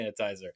sanitizer